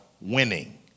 winning